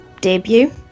debut